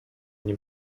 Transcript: nie